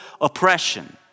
oppression